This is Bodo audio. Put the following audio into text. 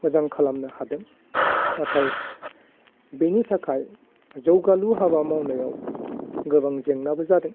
मोजां खालामनो हादों नाथाय बिनि थाखाय जौगालु हाबा मावनायाव गोबां जेंनाबो जादों